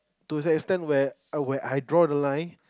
to the extend where I where I draw the line